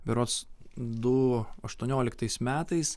berods du aštuonioliktais metais